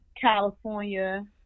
California